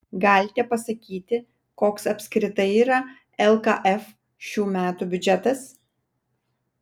galite pasakyti koks apskritai yra lkf šių metų biudžetas